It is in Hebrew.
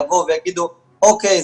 יבואו ויגידו: אוקיי,